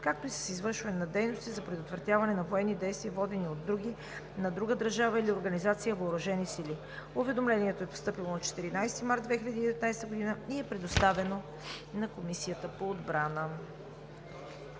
както и с извършване на дейности за предотвратяването на военните действия, водени от други (на друга държава или организация) въоръжени сили. Уведомлението е постъпило на 14 март 2019 г. и е предоставено на Комисията по отбрана.